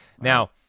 Now